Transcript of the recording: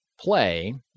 play